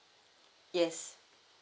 yes